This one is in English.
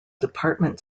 department